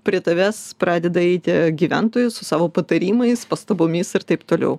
prie tavęs pradeda eiti gyventojų su savo patarimais pastabomis ir taip toliau